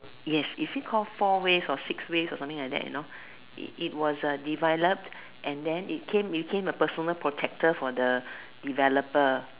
yes if you call four ways or six ways something like that you know it it was developed and then it came became a personal helper for the developer